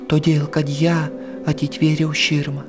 todėl kad ją atitvėriau širma